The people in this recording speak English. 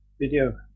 video